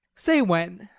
say when.